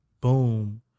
Boom